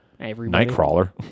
Nightcrawler